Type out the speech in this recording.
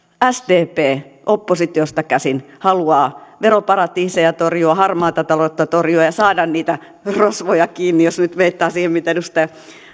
sdp oppositiosta käsin haluaa veroparatiiseja torjua harmaata taloutta torjua ja saada niitä rosvoja kiinni jos nyt viittaan siihen mitä edustaja